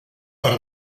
per